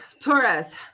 Torres